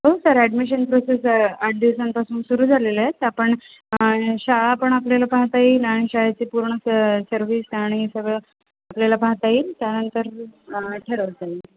हो sir admission process आठ दिवसांपासून सुरू झालेलेएत आपण शाळा आपण आपल्याला पाहता येईल आणि शाळेची पूर्ण स सर्विस आणी सगळं आपल्याला पाहता येईल त्यानंतर ठरवता येईल